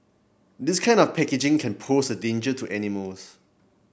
this kind of packaging can pose a danger to animals